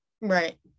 Right